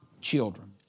children